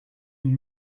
une